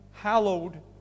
hallowed